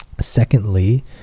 Secondly